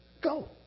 Go